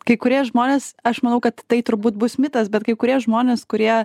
kai kurie žmonės aš manau kad tai turbūt bus mitas bet kai kurie žmonės kurie